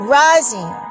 rising